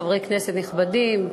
חברי כנסת נכבדים,